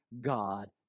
God